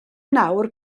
nawr